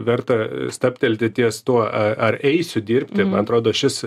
verta stabtelti ties tuo ar eisiu dirbti man atrodo šis